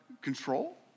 control